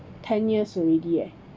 ten years already eh